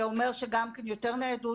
שאומר גם כן יותר ניידות,